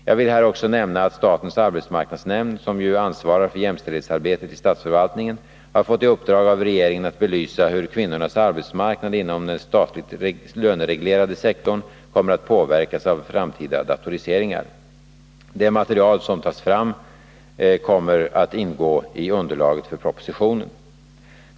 Jag vill här också nämna att statens arbetsmarknadsnämnd, som ju ansvarar för jämställdhetsarbetet i statsförvaltningen, har fått i uppdrag av regeringen att belysa hur kvinnornas arbetsmarknad inom den statligt lönereglerade sektorn kommer att påverkas av framtida datoriseringar. Det material som tas fram kommer att ingå i underlaget för propositionen.